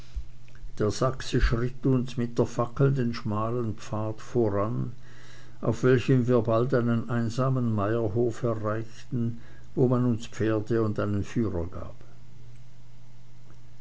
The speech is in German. der sachse schritt uns mit der fackel den schmalen pfad voran auf welchem wir bald einen einsamen meierhof erreichten wo man uns pferde und einen führer gab